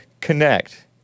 connect